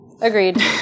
Agreed